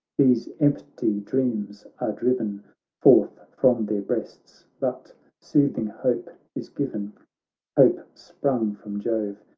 these empty dreams driven forth from their breasts. but soothing hope is given hope sprung from jove,